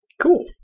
Cool